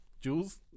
jules